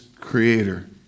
creator